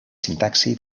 sintaxi